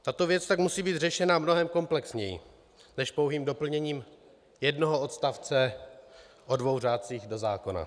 Tato věc tak musí být řešena mnohem komplexněji než pouhým doplněním jednoho odstavce o dvou řádcích do zákona.